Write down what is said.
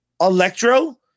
Electro